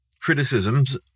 criticisms